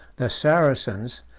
the saracens,